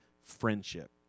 friendship